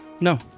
no